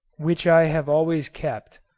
which i have always kept,